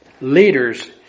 leaders